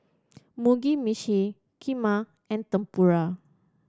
Mugi Meshi Kheema and Tempura